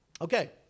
Okay